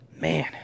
Man